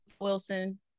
Wilson